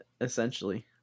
essentially